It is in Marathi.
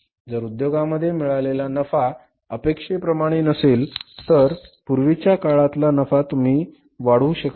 जर उद्योगांमध्ये मिळवलेला नफा अपेक्षेप्रमाणे नसेल तर पूर्वीच्या काळातला नफा तुम्ही वाढूवू शकत नाही